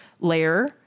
layer